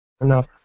enough